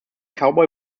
cowboy